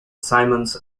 simmons